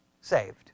saved